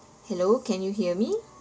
hello can you hear me